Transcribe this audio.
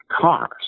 cars